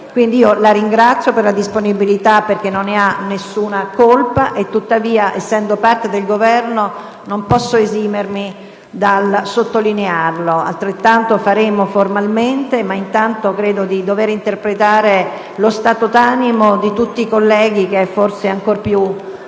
Quindi, la ringrazio per la disponibilità perché non ha nessuna colpa e, tuttavia, essendo lei parte del Governo, non posso esimermi dal sottolineare il disagio provato. Lo faremo anche formalmente, ma intanto credo di dover interpretare lo stato d'animo di tutti i colleghi che, forse, è ancora più forte